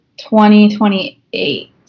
2028